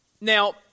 Now